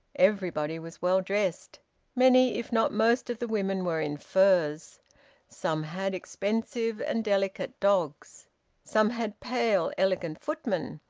everybody was well dressed many if not most of the women were in furs some had expensive and delicate dogs some had pale, elegant footmen,